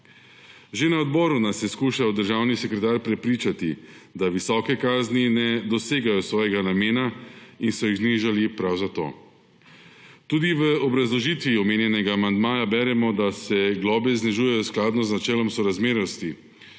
Že na odboru nas je skušal državni sekretar prepričati, da visoke kazni ne dosegajo svojega namena in so jih znižali prav zato. Tudi v obrazložitvi omenjenega amandmaja beremo, da se globe znižujejo skladno z načelom sorazmernosti,